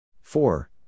Four